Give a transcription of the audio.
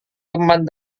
teman